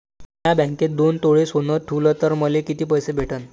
म्या बँकेत दोन तोळे सोनं ठुलं तर मले किती पैसे भेटन